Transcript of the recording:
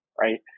right